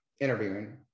interviewing